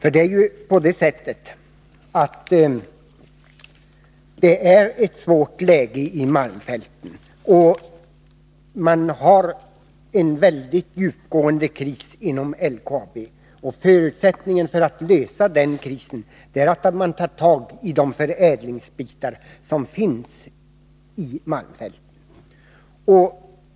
Läget i malmfälten är svårt, och man upplever en väldigt djupgående kris inom LKAB. Förutsättningen för att den krisen skall kunna lösas är att man tar till vara de förädlingsmöjligheter som finns i malmfälten.